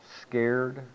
scared